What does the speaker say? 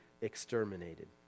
exterminated